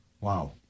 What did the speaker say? Wow